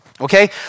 okay